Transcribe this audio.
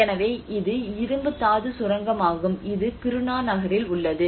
எனவே இது இரும்பு தாது சுரங்கமாகும் இது கிருணா நகரில் உள்ளது